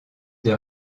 des